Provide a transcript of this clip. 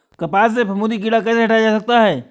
कपास से फफूंदी कीड़ा कैसे हटाया जा सकता है?